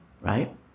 right